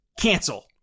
Cancel